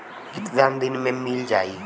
कितना दिन में मील जाई?